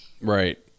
Right